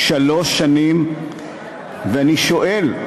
שלוש שנים ואני שואל,